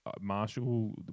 Marshall